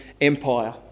Empire